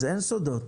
אין סודות.